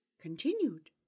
continued